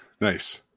nice